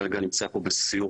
כרגע נמצא פה בסיור